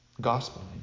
Gospel